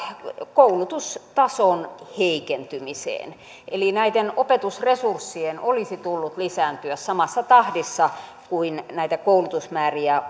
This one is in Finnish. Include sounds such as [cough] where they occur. koulutustason heikentymiseen eli näiden opetusresurssien olisi tullut lisääntyä samassa tahdissa kuin näitä koulutusmääriä [unintelligible]